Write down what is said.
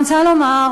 אני רוצה לומר,